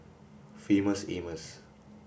famous Amos